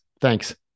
Thanks